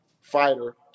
fighter